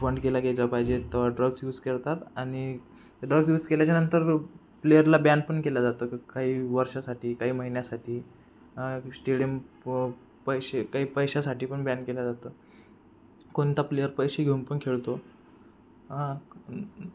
घ्यायला पाहिजे तेव्हा ड्रग्स यूज करतात आणि ड्रग्स यूज केल्याच्यानंतर प्लेअरला ब्यान पण केलं जातं काही वर्षासाठी काही महिन्यासाठी अ स्टेडियम प पैसे काही पैशासाठी पण ब्यान केलं जातं कोणता प्लेअर पैसे घेऊन पण खेळतो